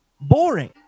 boring